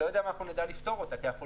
אני לא יודע אם נדע לפתור אותה כי אנחנו